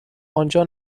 آنجا